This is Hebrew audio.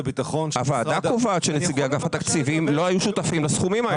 הוועדה קובעת שנציגי אגף התקציבים לא היו שותפים לסכומים האלה.